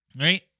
Right